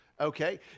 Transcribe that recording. Okay